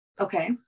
Okay